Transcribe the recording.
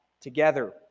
together